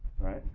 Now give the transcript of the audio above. right